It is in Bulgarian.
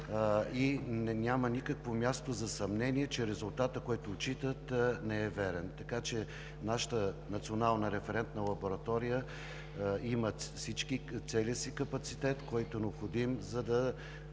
и няма никакво място за съмнение, че резултатът, който отчитат, не е верен. Нашата Национална референтна лаборатория има целия си капацитет, който е необходим, за да